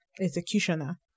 executioner